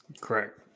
Correct